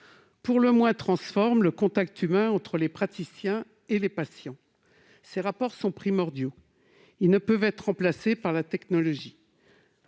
pour le moins, transforme -le contact humain entre les praticiens et les patients. Ces rapports sont primordiaux : ils ne peuvent être remplacés par la technologie.